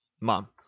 mom